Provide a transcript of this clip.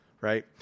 right